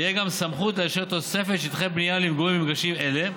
תהיה גם סמכות לאשר תוספת שטחי בנייה למגורים במגרשים אלה,